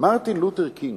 מרטין לותר קינג,